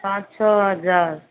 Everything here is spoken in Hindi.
पाँच छः हजार